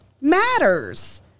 matters